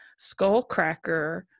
skullcracker